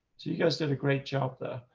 so you guys did a great job there.